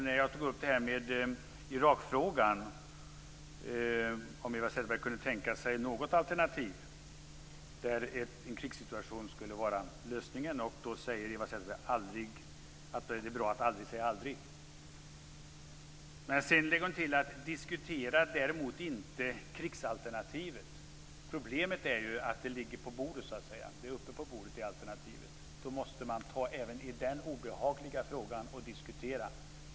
När jag tog upp Irakfrågan och frågade om Eva Zetterberg kunde tänka sig något alternativ där en krigssituation skulle vara lösning svarade hon att det är bra att aldrig säga aldrig. Men sedan lade hon till att hon inte diskuterar krigsalternativet. Problemet är ju bara att det alternativet är uppe på bordet. Då måste man ta även i den obehagliga frågan och diskutera den.